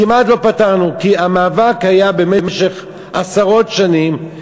כמעט לא פתרנו כי המאבק היה במשך עשרות שנים,